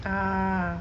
ah